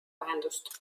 lahendust